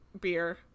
beer